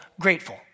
grateful